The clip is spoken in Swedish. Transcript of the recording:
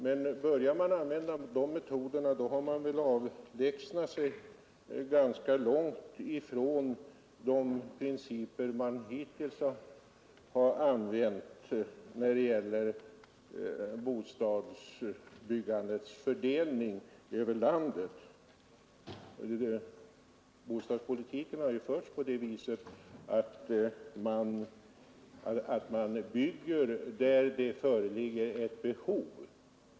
Men börjar man använda sådana metoder så har man väl avlägsnat sig ganska långt från de principer man hittills har tillämpat när det gäller bostadsbyggandets fördelning över landet. Bostadspolitiken har ju förts på det viset att man bygger där det föreligger ett behov.